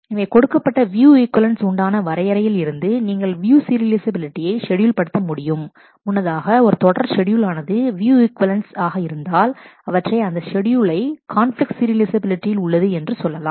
எனவே கொடுக்கப்பட்ட view equivalence உண்டான வரையறையில் இருந்து நீங்கள் வியூ சீரியலைஃசபிலிட்டியை ஷெட்யூல் படுத்த முடியும் முன்னதாக ஒரு தொடர் ஷெட்யூல் ஆனது வியூ ஈக்வலன்ஸ் இருந்தாள் அவற்றை அந்த ஷெட்யூலை கான்பிலிக்ட் சீரியலைஃசபிலிட்டியில் உள்ளது என்று சொல்லலாம்